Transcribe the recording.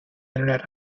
internet